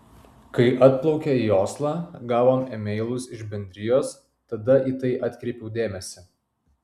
kai atplaukė į oslą gavom e mailus iš bendrijos tada į tai atkreipiau dėmesį